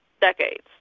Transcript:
decades